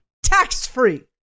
Tax-free